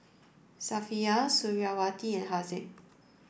Safiya Suriawati and Haziq